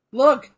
look